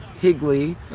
Higley